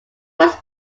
was